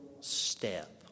step